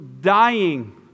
dying